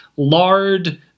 Lard